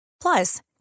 Plus